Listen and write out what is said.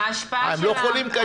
אה, הם לא חולים קשים.